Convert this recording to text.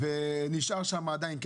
ונשאר שם עדיין כסף.